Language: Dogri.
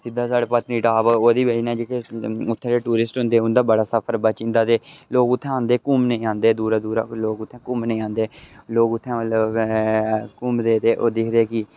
सिद्धा साढ़े पत्नीटाप ओह्दी बजह कन्नै जेह्के उत्थें दे टूरिस्ट होंदे उंदा बडा सफर बची दा ते लोक उत्थें आंदे दूरा दूरा घुम्मने गी आंदे लोक उत्थें मतलव घुमदे ते ओह् दिखदे की